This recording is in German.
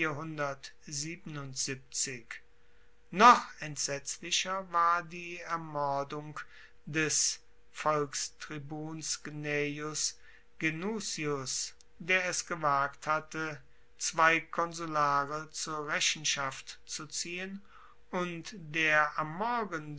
noch entsetzlicher war die ermordung des volkstribuns gnaeus genucius der es gewagt hatte zwei konsulare zur rechenschaft zu ziehen und der am morgen